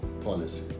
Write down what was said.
policy